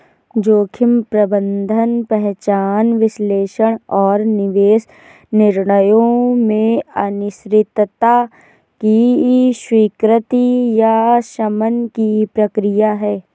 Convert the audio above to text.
जोखिम प्रबंधन पहचान विश्लेषण और निवेश निर्णयों में अनिश्चितता की स्वीकृति या शमन की प्रक्रिया है